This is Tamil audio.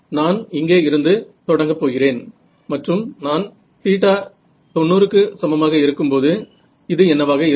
நான் இங்கே இருந்து தொடங்கப் போகிறேன் மற்றும் நான் θ 90 க்கு போகும்போது இது என்னவாக இருக்கும்